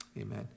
amen